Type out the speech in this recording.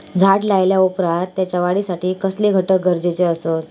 झाड लायल्या ओप्रात त्याच्या वाढीसाठी कसले घटक गरजेचे असत?